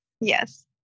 Yes